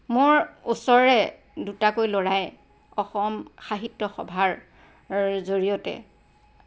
মোৰ ওচৰৰে দুটাকৈ ল'ৰাই অসম সাহিত্য সভাৰ জৰিয়তে